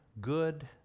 good